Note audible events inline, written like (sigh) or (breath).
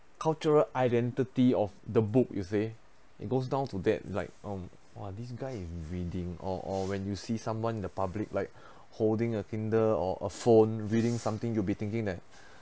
cultural identity of the book you see it goes down to that like um !wah! this guy is reading or or when you see someone in the public like (breath) holding a kinder or a phone reading something you'd be thinking that